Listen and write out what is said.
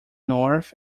north